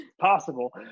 possible